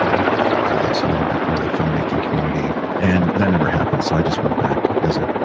i want to be part of this. i want to be part of the filmmaking community and that never happened. so i just went back as a